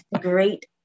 great